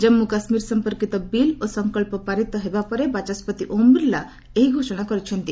ଜମ୍ମୁ କାଶ୍ମୀର ସମ୍ପର୍କୀତ ବିଲ୍ ଓ ସଂକଳ୍ପ ପାରିତ ହେବା ପରେ ବାଚସ୍କତି ଓମ୍ ବିର୍ଲା ଏହି ଘୋଷଣା କରିଛନ୍ତି